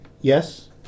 Yes